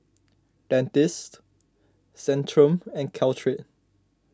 Dentiste Centrum and Caltrate